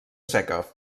seca